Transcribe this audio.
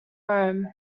rome